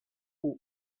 who